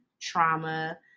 trauma